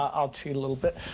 i'll cheat a little bit.